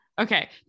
Okay